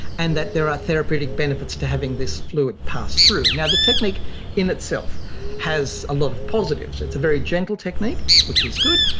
and that there are therapeutic benefits to having this fluid pass through. the technique in itself has a lot of positives. it's a very gentle technique, which is good,